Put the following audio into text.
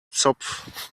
zopf